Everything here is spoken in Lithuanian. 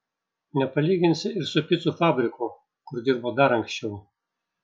nepalyginsi ir su picų fabriku kur dirbo dar anksčiau